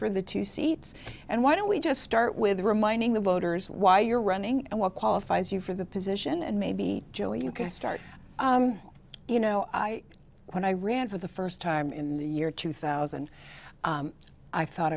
for the two seats and why don't we just start with a reminding the voters why you're running and what qualifies you for the position and maybe joe you can start you know when i ran for the first time in the year two thousand i thought